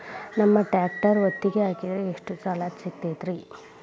ನಮ್ಮ ಟ್ರ್ಯಾಕ್ಟರ್ ಒತ್ತಿಗೆ ಹಾಕಿದ್ರ ಎಷ್ಟ ಸಾಲ ಸಿಗತೈತ್ರಿ?